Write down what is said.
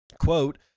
Quote